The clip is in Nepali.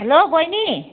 हेलो बहिनी